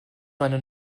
meine